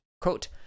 quote